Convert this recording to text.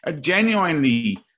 Genuinely